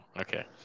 Okay